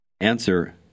Answer